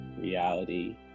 reality